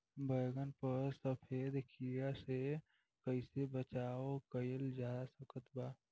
बैगन पर सफेद कीड़ा से कैसे बचाव कैल जा सकत बा?